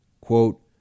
Quote